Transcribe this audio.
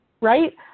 right